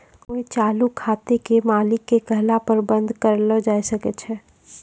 कोइ समय चालू खाते के मालिक के कहला पर बन्द कर लो जावै सकै छै